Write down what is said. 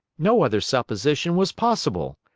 no other supposition was possible.